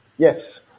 Yes